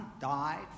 died